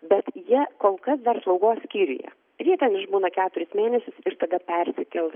bet jie kol kas dar slaugos skyriuje ir jie ten išbūna keturis mėnesius ir tada persikels